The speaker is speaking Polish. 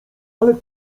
ale